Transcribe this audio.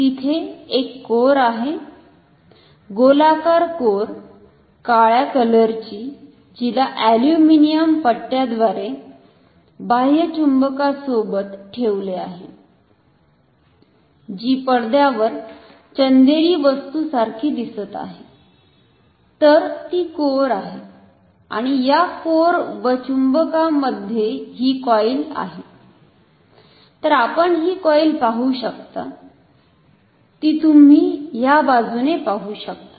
तिथे एक कोअर आहे गोलाकार कोअर काळ्या कलर ची जिला अल्युमिनीअम पट्टयाद्वारे बाह्य चुंबकसोबत ठेवले जाते जी पडद्यावर चंदेरी वस्तू सारखे दिसत आहे तर ती कोअर आहे आणि या कोअर व चुंबकामध्ये ही कॉईल आहे तर आपण ही कॉईल पाहू शकता ती तुम्ही ह्या बाजुने पाहू शकतात